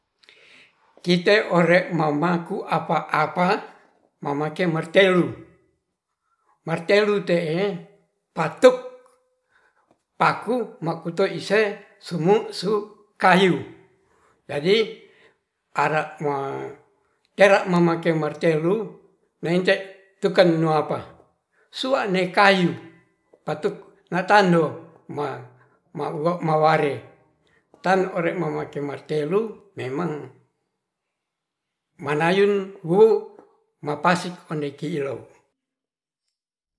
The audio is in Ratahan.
Kite ore mamaku apa-apa mamake martelu, martelu te'e patuk paku makuto ise sumu su kayu jadi ar tera mamake martelu mente tuken nuapa auane kayu patuk natando mauo malare tan mamake martelu memang manayun wuu mapasing ondekilou